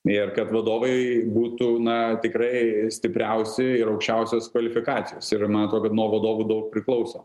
ir kad vadovai būtų na tikrai stipriausi ir aukščiausios kvalifikacijos ir ma atro kad nuo vadovų daug priklauso